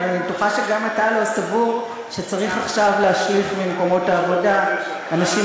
אבל אני בטוחה שגם אתה לא סבור שצריך עכשיו להשליך ממקומות העבודה אנשים